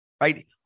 Right